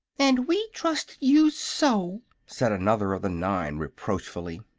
and we trusted you so! said another of the nine, reproachfully.